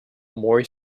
mori